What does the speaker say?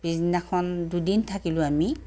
পিছদিনাখন দুদিন থাকিলোঁ আমি